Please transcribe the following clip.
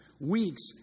weeks